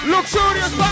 Luxurious